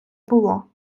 було